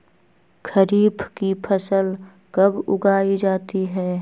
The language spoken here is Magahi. खरीफ की फसल कब उगाई जाती है?